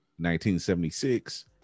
1976